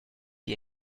die